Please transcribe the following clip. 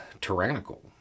tyrannical